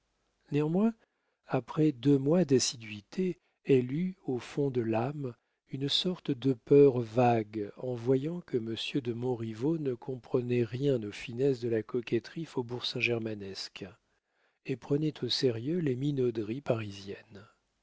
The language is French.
néanmoins après deux mois d'assiduités elle eut au fond de l'âme une sorte de peur vague en voyant que monsieur de montriveau ne comprenait rien aux finesses de la coquetterie faubourg saint germanesque et prenait au sérieux les minauderies parisiennes